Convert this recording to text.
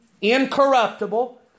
Incorruptible